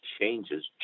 changes